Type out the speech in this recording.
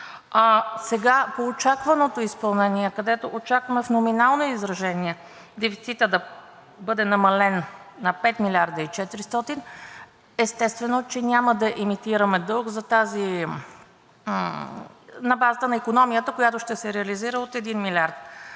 По очакваното изпълнение, където очакваме в номинално изражение дефицитът да бъде намален на 5 млрд. и 400, естествено, че няма да емитираме дълг на базата на икономията, която ще се реализира от 1 милиард.